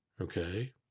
Okay